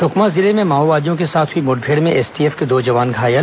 सुकमा जिले में माओवादियों के साथ हुई मुठभेड़ में एसटीएफ के दो जवान घायल